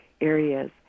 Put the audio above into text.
areas